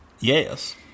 Yes